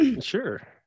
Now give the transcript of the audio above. Sure